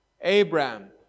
Abraham